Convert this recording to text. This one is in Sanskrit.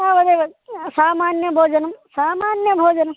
तावदेव सामान्यभोजनं सामान्यभोजनं